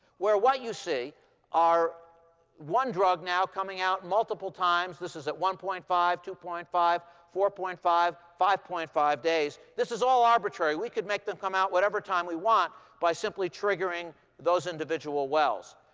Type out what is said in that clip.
where what you see are one drug now coming out multiple times. this is at one point five, two point five, four point five, five point five days. this is all arbitrary. we could make them come out whatever time we want by simply triggering those individual wells.